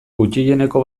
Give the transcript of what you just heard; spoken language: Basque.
gutxieneko